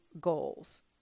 goals